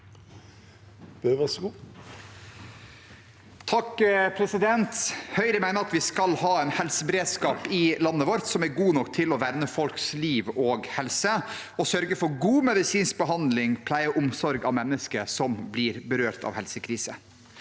(H) Høyre mener at vi skal ha en helseberedskap i landet vårt som er god nok til å verne folks liv og helse og sørge for god medisinsk behandling, pleie og omsorg for mennesker som blir berørt av helsekrise.